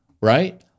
right